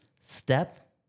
Step